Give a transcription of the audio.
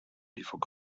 forgotten